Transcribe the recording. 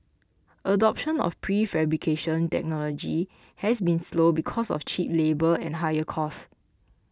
adoption of prefabrication technology has been slow because of cheap labour and higher cost